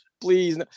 Please